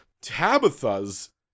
Tabitha's